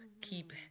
keep